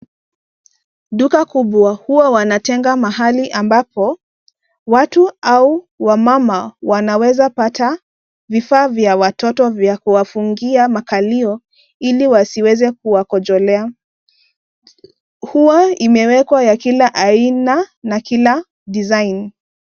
Duka kubwa huwa wanatenga mahali ambapo watu au wamama wanaweza pata vifaa vya watoto vya kuwafungia makalio ili wasiweze kuwakojolea. Huwa imewekwa ya kila aina na kila design .